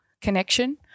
connection